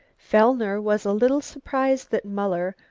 fellner was a little surprised that muller,